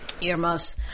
Earmuffs